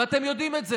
ואתם יודעים את זה.